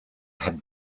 had